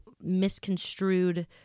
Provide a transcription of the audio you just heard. misconstrued